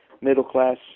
middle-class